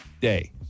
day